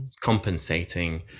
compensating